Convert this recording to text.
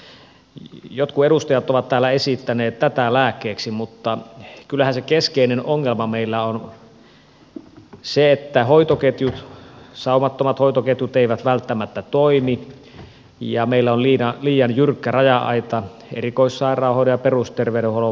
jotkut edustajat ovat täällä esittäneet tätä lääkkeeksi mutta kyllähän se keskeinen ongelma meillä on se että saumattomat hoitoketjut eivät välttämättä toimi ja meillä on liian jyrkkä raja aita erikoissairaanhoidon ja perusterveydenhuollon välillä